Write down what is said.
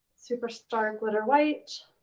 superstar glitter white